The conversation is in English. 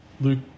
Luke